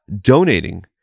donating